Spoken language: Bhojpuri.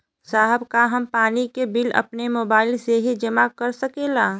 साहब का हम पानी के बिल अपने मोबाइल से ही जमा कर सकेला?